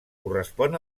correspon